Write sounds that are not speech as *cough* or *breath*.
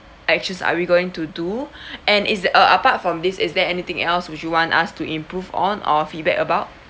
actions are we going to do *breath* and is the uh apart from this is there anything else which you want us to improve on or feedback about